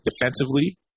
defensively